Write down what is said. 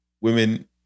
women